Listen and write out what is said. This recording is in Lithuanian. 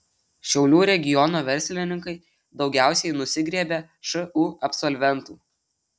šiaulių regiono verslininkai daugiausiai nusigriebia šu absolventų